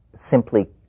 simply